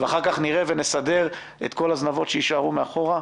ואחר כך נראה ונסדר את כל הזנבות שיישארו מאחור.